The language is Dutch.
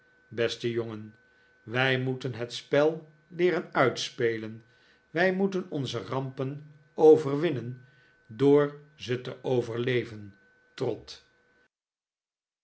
teste jongen wij moeten het spel leeren uitspelen wij moeten onze rampen overwinnen door ze te overleven trot